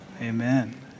Amen